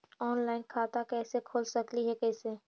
Online खाता कैसे खोल सकली हे कैसे?